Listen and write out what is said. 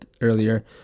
earlier